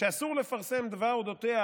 שאסור לפרסם דבר על אודותיה,